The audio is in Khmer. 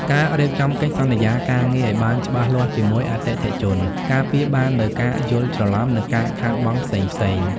ការរៀបចំកិច្ចសន្យាការងារឱ្យបានច្បាស់លាស់ជាមួយអតិថិជន ការពារបាននូវការយល់ច្រឡំ និងការខាតបង់ផ្សេងៗ។